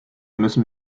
müssen